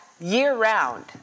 year-round